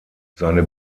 seine